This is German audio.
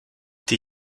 die